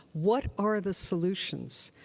what are the solutions?